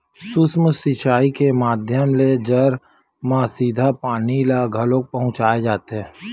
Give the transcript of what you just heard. सूक्ष्म सिचई के माधियम ले जर म सीधा पानी ल घलोक पहुँचाय जाथे